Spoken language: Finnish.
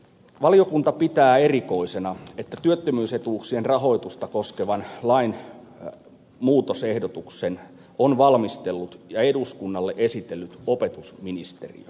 valiokunta pitää erikoisena että työttömyysetuuksien rahoitusta koskevan lain muutosehdotuksen on valmistellut ja eduskunnalle esitellyt opetusministeriö